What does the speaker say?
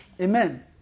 amen